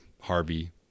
Harvey